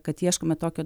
kad ieškome tokio